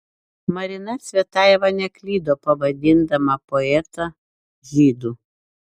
marina cvetajeva neklydo pavadindama poetą žydu